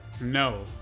no